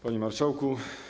Panie Marszałku!